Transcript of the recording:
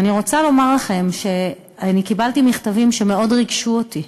אני רוצה לומר לכם שקיבלתי מכתבים שמאוד ריגשו אותי,